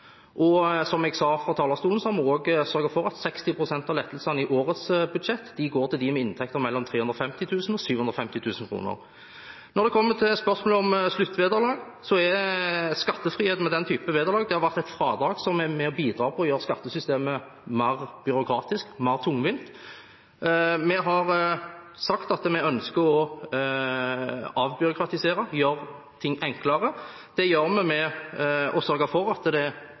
og som jeg sa fra talerstolen har vi også sørget for at 60 pst. av lettelsene i årets budsjett går til dem med inntekter på mellom 350 000 og 750 000 kr. Når det gjelder spørsmålet om sluttvederlag, så har skattefriheten med den type vederlag vært et fradrag som er med og bidrar til å gjøre skattesystemet mer byråkratisk, mer tungvint. Vi har sagt at vi ønsker å avbyråkratisere, gjøre ting enklere. Det gjør vi ved å sørge for at det